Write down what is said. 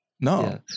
No